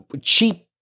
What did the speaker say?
cheap